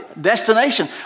destination